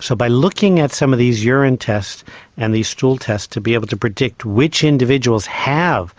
so by looking at some of these urine tests and these stool tests to be able to predict which individuals have